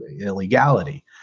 illegality